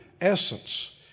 essence